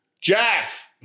Jeff